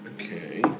Okay